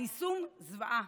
היישום זוועה,